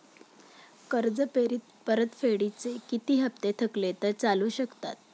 कर्ज परतफेडीचे किती हप्ते थकले तर चालू शकतात?